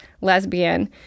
lesbian